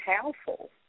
powerful